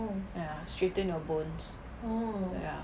ya straighten your bones ya